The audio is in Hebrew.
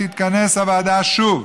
תתכנס הוועדה שוב,